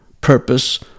purpose